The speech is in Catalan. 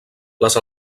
les